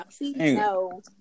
No